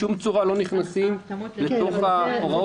בשום צורה אנחנו לא נכנסים לתוך ההוראות